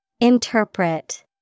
Interpret